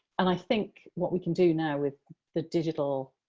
and i think what we can do now with the digital